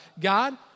God